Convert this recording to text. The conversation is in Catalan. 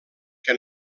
que